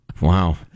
Wow